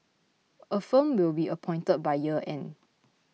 a firm will be appointed by year end